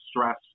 stress